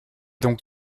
donc